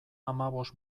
hamabost